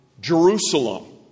Jerusalem